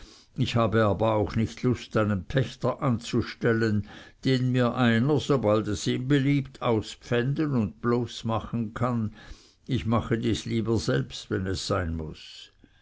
ich habe aber auch nicht lust einen pächter anzustellen den mir einer sobald es ihm beliebt auspfänden und bloß machen kann ich mache dies lieber selbst wenn es sein muß